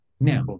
now